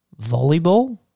volleyball